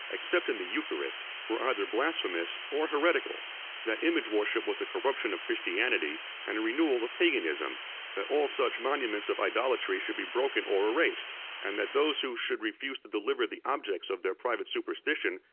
except in the eucharist, were either blasphemous or heretical that image-worship was a corruption of christianity and a renewal of paganism that all such monuments of idolatry should be broken or erased and that those who should refuse to deliver the objects of their private superstition,